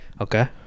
Okay